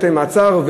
בתי-מעצר,